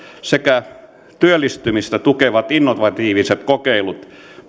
sekä työllistymistä tukevat innovatiiviset kokeilut